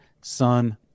Son